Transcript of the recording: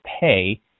pay